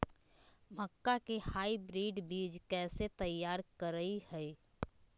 मक्का के हाइब्रिड बीज कैसे तैयार करय हैय?